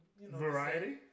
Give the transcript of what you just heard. Variety